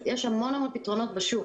יש המון פתרונות בשוק.